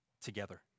together